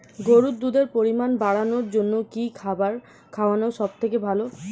গরুর দুধের পরিমাণ বাড়ানোর জন্য কি খাবার খাওয়ানো সবথেকে ভালো?